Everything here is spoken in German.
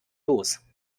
los